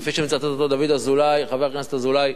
כפי שמצטט אותו חבר הכנסת דוד אזולאי: